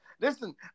Listen